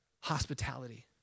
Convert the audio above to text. hospitality